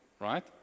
right